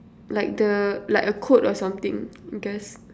like the like a quote or something I guess